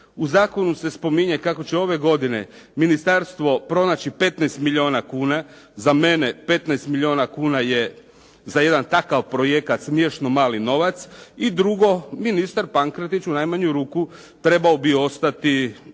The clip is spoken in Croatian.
U zakonu se spominje kako će ove godine ministarstvo pronaći 15 milijuna kuna. Za mene, 15 milijuna kuna je za jedan takav projekat smiješno mali novac. I drugo, ministar Pankretić u najmanju ruku trebao bi ostati